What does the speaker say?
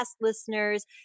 listeners